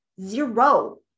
zero